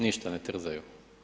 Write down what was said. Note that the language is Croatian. Ništa ne trzaju.